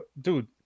dude